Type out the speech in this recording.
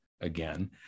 again